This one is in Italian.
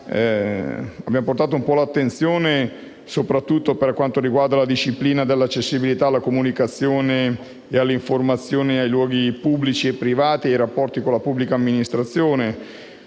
Abbiamo cercato di focalizzare l'attenzione soprattutto sulla disciplina dell'accessibilità alla comunicazione e dell'informazione nei luoghi pubblici e privati e sui rapporti con la pubblica amministrazione.